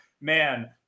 man